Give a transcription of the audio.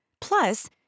Plus